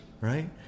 right